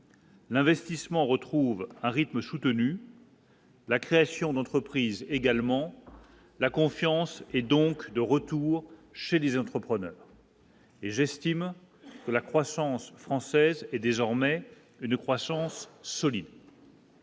L'investissement retrouvent un rythme soutenu. La création d'entreprise également, la confiance est donc de retour chez les entrepreneurs. Et j'estime que la croissance française est désormais une croissance solide.